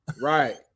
Right